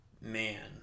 man